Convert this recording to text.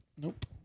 Nope